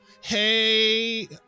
Hey